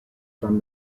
from